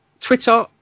Twitter